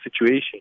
situation